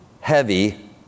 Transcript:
heavy